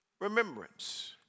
remembrance